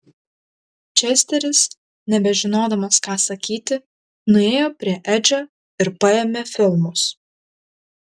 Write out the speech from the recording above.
česteris nebežinodamas ką sakyti nuėjo prie edžio ir paėmė filmus